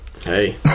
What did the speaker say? Hey